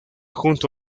junto